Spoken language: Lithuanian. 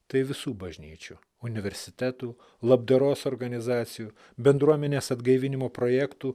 tai visų bažnyčių universitetų labdaros organizacijų bendruomenės atgaivinimo projektų